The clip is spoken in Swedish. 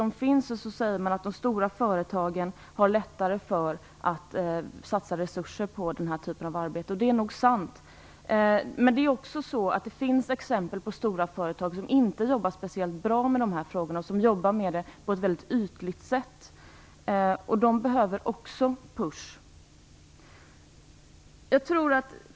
Man säger att de stora företagen har lättare att satsa resurser på den här typen av arbete. Det är nog sant. Men det finns också exempel på stora företag som inte arbetar speciellt med de här frågorna, utan jobbar med dem på ett ytligt sätt. De behöver pushas.